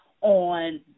on